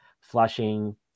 flushing